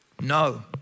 No